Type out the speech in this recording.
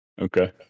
okay